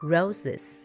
Roses